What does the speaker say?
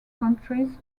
countries